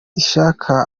ishaka